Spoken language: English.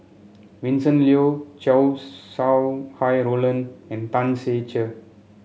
Vincent Leow Chow Sau Hai Roland and Tan Ser Cher